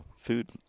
food